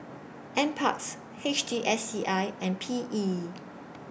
NParks H T S C I and P E